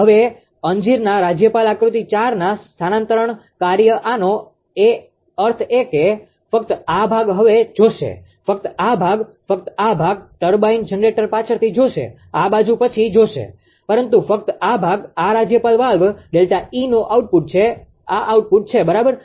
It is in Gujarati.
હવે અંજીરના રાજ્યપાલ આકૃતિ 4 ના સ્થાનાંતરણ કાર્ય આનો અર્થ એ કે ફક્ત આ ભાગ હવે જોશે ફક્ત આ ભાગ ફક્ત આ ભાગ ટર્બાઇન જનરેટર પાછળથી જોશે આ બાજુ પછી જોશે પરંતુ ફક્ત આ ભાગ આ રાજ્યપાલ વાલ્વ ΔE નું આઉટપુટ છે આ આઉટપુટ છે બરાબર